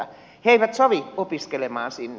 he eivät sovi opiskelemaan sinne